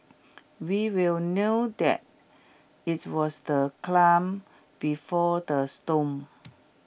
we will knew that its was the clam before the storm